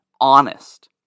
honest